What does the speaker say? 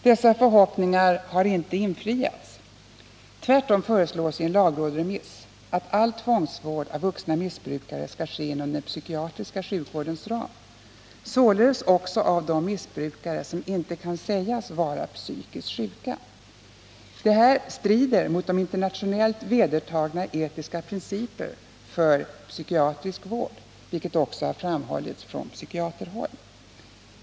Dessa förhoppningar har inte infriats. Tvärtom föreslås i en lagrådsremiss att all tvångsvård av vuxna missbrukare skall ske inom den psykiatriska sjukvårdens ram, således också av de missbrukare som inte kan sägas vara psykiskt sjuka. Detta strider mot de internationellt vedertagna etiska principerna för psykiatrisk vård, vilket också har framhållits från psykiaterhåll.